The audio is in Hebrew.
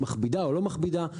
מכבידה או לא מכבידה.